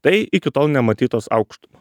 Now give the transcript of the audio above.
tai iki tol nematytos aukštumos